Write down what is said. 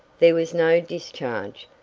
there was no discharge.